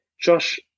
Josh